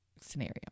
scenario